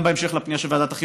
גם בהמשך לפנייה של ועדת החינוך.